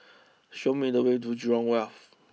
show me the way to Jurong Wharf